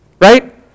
right